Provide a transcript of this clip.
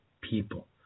people